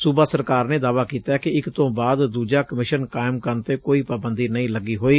ਸੁਬਾ ਸਰਕਾਰ ਨੇ ਦਾਅਵਾ ਕੀਤੈ ਕਿ ਇਕ ਤੋਂ ਬਾਅਦ ਦੁਜਾ ਕਮਿਸ਼ਨ ਕਾਇਮ ਕਰਨ ਤੇ ਕੋਈ ਪਾਬੰਦੀ ਨਹੀਂ ਲੱਗੀ ਹੋਈ